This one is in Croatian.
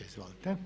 Izvolite.